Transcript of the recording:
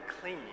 clean